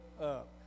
up